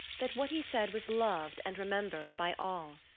that what he said was loved and remembered by all.